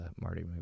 Marty